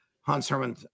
Hans-Hermann